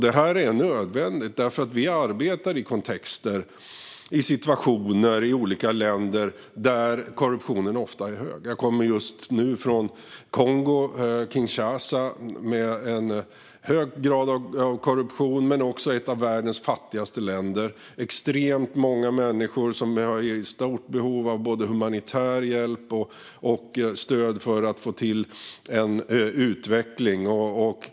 Detta är nödvändigt, för vi arbetar i kontexter och situationer i olika länder där korruptionen ofta är hög. Jag kommer just nu från Kongo-Kinshasa, som har en hög grad av korruption och också är ett av världens fattigaste länder. Det är extremt många människor som är i stort behov av både humanitär hjälp och stöd för att få till en utveckling.